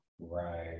right